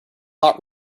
hot